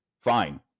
Fine